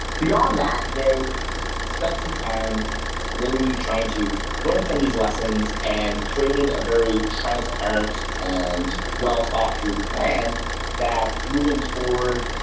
beyond that, they spent some time really trying to learn from these lessons and traded a very transparent and well-thought through plan that moving forward,